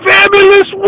Fabulous